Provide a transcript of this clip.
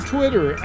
Twitter